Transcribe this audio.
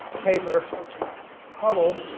paper hubble,